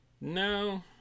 No